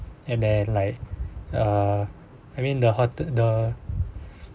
and then like uh I mean the the